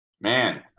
Man